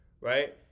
right